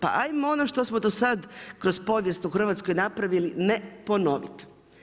Pa ajmo ono što smo do sad kroz povijest u Hrvatskoj napravili ne ponoviti.